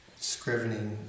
Scrivening